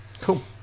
Cool